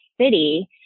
City